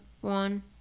one